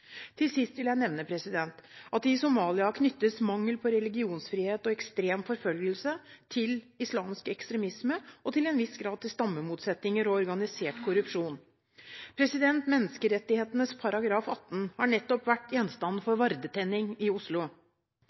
Til sist vil jeg nevne at i Somalia knyttes mangel på religionsfrihet og ekstrem forfølgelse til islamsk ekstremisme og til en viss grad til stammemotsetninger og organisert korrupsjon. Menneskerettighetenes artikkel 18 har nettopp vært gjenstand for vardetenning i Oslo.